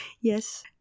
yes